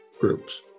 groups